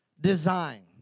design